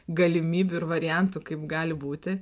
galimybių ir variantų kaip gali būti